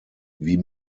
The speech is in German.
wie